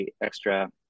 extra